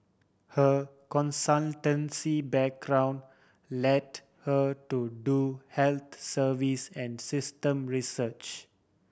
her consultancy background led her to do health service and system research